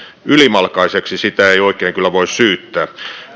ylimalkaiseksi sitä ei oikein kyllä voi syyttää